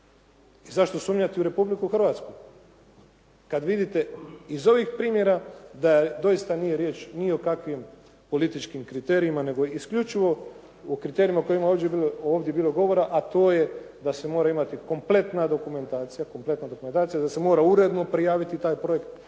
Zašto sumnjate u Republiku Hrvatsku kad vidite iz ovih primjera da doista nije riječ ni o kakvim političkim kriterijima, nego isključivo o kriterijima o kojima je ovdje bilo govora, a to je da se mora imati kompletna dokumentacija, da se mora uredno prijaviti taj projekt i